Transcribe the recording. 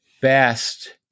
best